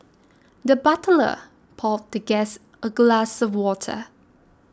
the butler poured the guest a glass of water